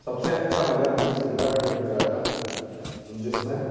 सब से अच्छा मज़ा हमे शिमला के ट्रिप पे आया जिस में